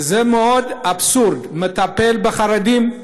וזה מאוד אבסורדי: הוא מטפל בחרדים,